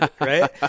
right